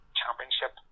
championship